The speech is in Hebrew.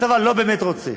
הצבא לא באמת רוצה.